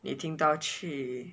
你听到去